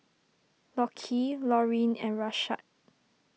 Lockie Laurine and Rashad